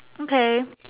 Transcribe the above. okay